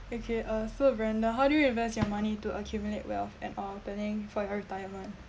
okay uh so brandon how do you invest your money to accumulate wealth and uh planning for your retirement